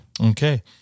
Okay